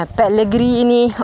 pellegrini